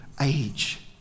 age